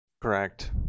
Correct